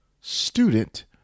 student